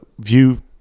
view